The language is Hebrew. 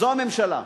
זו הממשלה,